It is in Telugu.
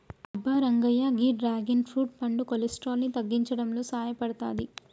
అబ్బ రంగయ్య గీ డ్రాగన్ ఫ్రూట్ పండు కొలెస్ట్రాల్ ని తగ్గించడంలో సాయపడతాది